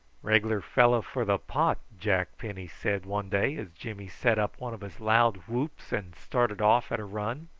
regular fellow for the pot, jack penny said one day as jimmy set up one of his loud whoops and started off at a run.